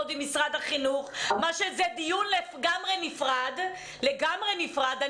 עם משרד החינוך שזה דיון לגמרי נפרד צריכות לעשות.